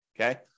okay